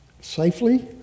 safely